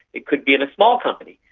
it could be in a small company.